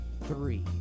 three